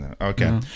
okay